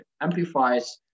amplifies